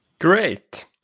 Great